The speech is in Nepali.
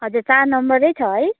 हजुर चार नम्बरै छ है